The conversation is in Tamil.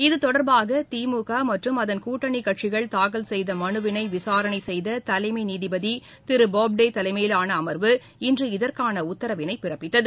இத்தொடர்பாக திமுக மற்றம் அதன் கூட்டணி கட்சிகள் தாக்கல் செய்த மனுவினை விசாரணை செய்த தலைம நீதிபதி திரு போப்தே தலைமையிலான அமர்வு இன்று இதற்கான உத்தரவினை பிறப்பித்தது